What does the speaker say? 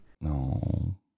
no